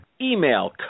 Email